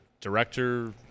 director